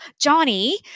johnny